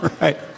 right